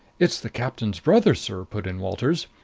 it's the captain's brother, sir, put in walters.